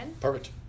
Perfect